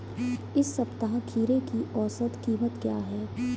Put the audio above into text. इस सप्ताह खीरे की औसत कीमत क्या है?